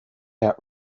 out